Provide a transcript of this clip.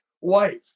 wife